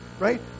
Right